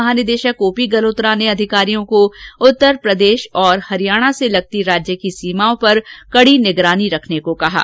महानिदेशक O P Galhotra ने अधिकारियों को उत्तरप्रदेश और हरियाणा से लगती राज्य की सीमाओं पर कड़ी निगरानी रखने के निर्देश दिए